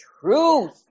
truth